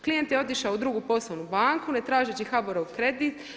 Klijent je otišao u drugu poslovnu banku ne tražeći HBOR-ov kredit.